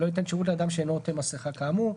ולא ייתן שירות לאדם שאינו עוטה מסכה כאמור,